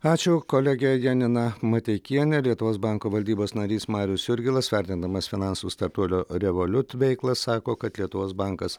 ačiū kolegė janina mateikienė lietuvos banko valdybos narys marius jurgilas vertindamas finansų startuolio revoliut veiklą sako kad lietuvos bankas